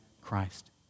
Christ